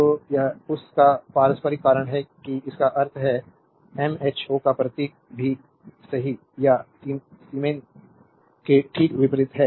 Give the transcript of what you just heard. तो यह उस का पारस्परिक कारण है कि इसका अर्थ है एमएचओ या प्रतीक भी सही या सीमेन के ठीक विपरीत है